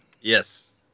Yes